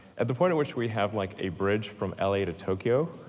at the point at which we have like a bridge from l a. to tokyo,